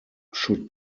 should